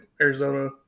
Arizona